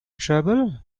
trouble